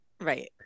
Right